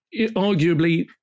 arguably